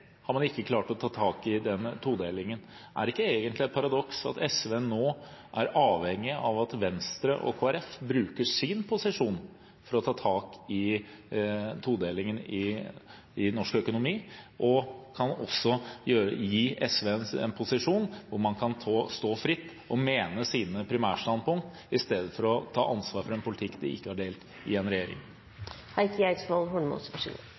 det man har gjort de siste åtte årene med SV i regjering. SV har vist at de i regjering ikke har klart å ta tak i den todelingen. Er det ikke egentlig et paradoks at SV nå er avhengig av at Venstre og Kristelig Folkeparti bruker sin posisjon for å ta tak i todelingen i norsk økonomi, og at Venstre og Kristelig Folkeparti kan gi SV en posisjon, hvor det kan stå fritt med sine primærstandpunkt i stedet for å ta ansvar for en politikk de ikke